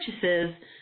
purchases